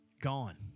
Gone